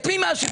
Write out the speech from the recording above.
את מי מאשימים?